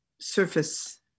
surface